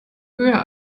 höher